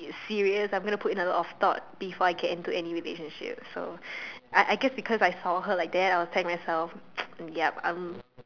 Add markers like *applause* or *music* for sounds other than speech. serious I'm gonna put in a lot of thought before I get into any relationship so I I guess because I saw her like that I was telling myself *noise* yup I'm